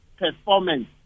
performance